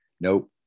Nope